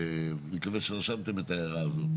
אני מקווה שרשמתם את ההערה הזאת,